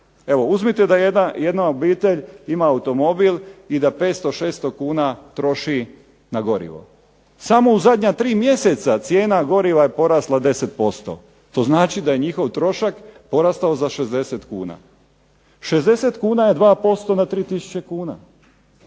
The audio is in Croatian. Evo, uzmite da jedna obitelj ima automobil i da 500, 600 kn troši na gorivo. Samo u zadnja 3 mj. cijena goriva je porasla 10%. To znači da je njihov trošak porastao za 60 kuna. 60 kuna je 2% na 3 tisuće kuna.